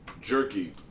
Jerky